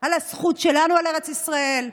על הזכות שלנו על ארץ ישראל,